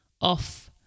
off